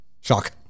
Shock